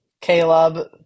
Caleb